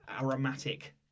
aromatic